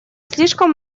слишком